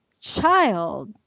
child